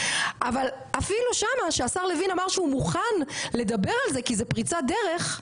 אבל אפילו שמה שהשר לוין אמר שהוא מוכן לדבר על זה כי זה פריצת דרך,